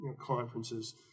conferences